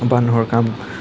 বান্ধৰ কাম